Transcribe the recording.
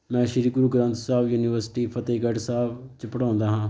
ਮੈਂ ਸ਼੍ਰੀ ਗੁਰੂ ਗ੍ਰੰਥ ਸਾਹਿਬ ਯੂਨੀਵਰਸਿਟੀ ਫਤਿਹਗੜ੍ਹ ਸਾਹਿਬ 'ਚ ਪੜ੍ਹਾਉਂਦਾ ਹਾਂ